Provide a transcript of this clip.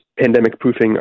pandemic-proofing